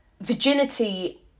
virginity